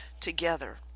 together